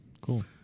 Cool